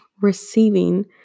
receiving